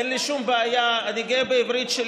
אין לי שום בעיה, אני גאה בעברית שלי.